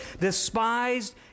despised